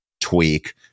tweak